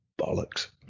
bollocks